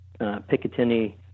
Picatinny